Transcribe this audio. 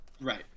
Right